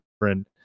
different